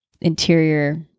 interior